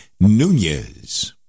Nunez